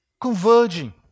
converging